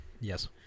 Yes